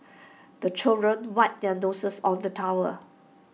the children wipe their noses on the towel